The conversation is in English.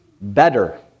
better